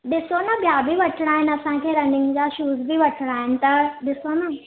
ॾिसो ना ॿिया बि वठिणा आहिनि असांखे रनिंग जा शूस वठिणा आहिनि त ॾिसो न